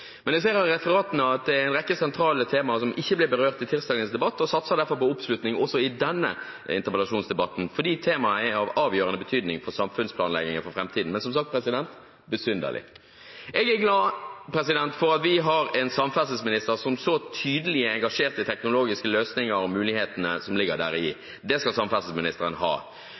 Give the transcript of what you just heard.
Men jeg ser av referatene at det er en rekke sentrale temaer som ikke ble berørt i tirsdagens debatt, og satser derfor på oppslutning også i denne interpellasjonsdebatten, fordi temaet er av avgjørende betydning for samfunnsplanleggingen for framtiden. Men det er som sagt besynderlig. Jeg er glad for at vi har en samferdselsminister som så tydelig er engasjert i teknologiske løsninger og mulighetene som ligger deri. Det skal samferdselsministeren ha.